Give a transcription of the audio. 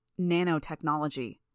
Nanotechnology